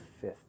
fifth